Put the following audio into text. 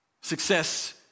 Success